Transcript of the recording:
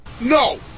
No